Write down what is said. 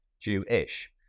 Jewish